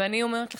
ואני אומרת לכם,